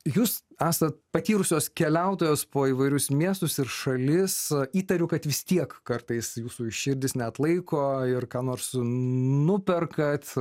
jūs esat patyrusios keliautojos po įvairius miestus ir šalis įtariu kad vis tiek kartais jūsų širdis neatlaiko ir ką nors nuperkat